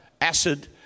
acid